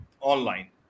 online